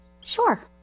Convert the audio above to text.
sure